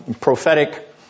prophetic